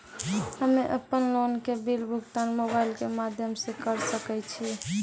हम्मे अपन लोन के बिल भुगतान मोबाइल के माध्यम से करऽ सके छी?